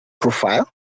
profile